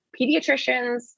pediatricians